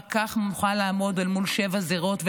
רק כך נוכל לעמוד מול שבע זירות,